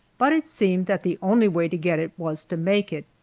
but it seemed that the only way to get it was to make it.